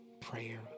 prayer